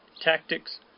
tactics